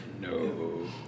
No